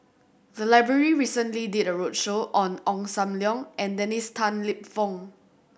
the library recently did a roadshow on Ong Sam Leong and Dennis Tan Lip Fong